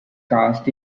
cask